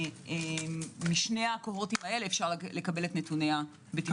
משני אלה ניתן לקבל את נתוני הבטיחות.